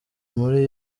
muri